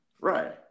right